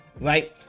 right